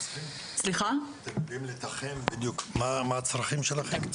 אתם יודעים לתחם בדיוק מה הצרכים שלכם?